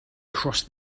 crossed